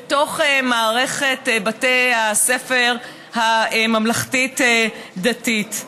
במערכת בתי הספר הממלכתית-דתית.